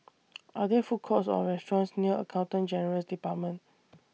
Are There Food Courts Or restaurants near Accountant General's department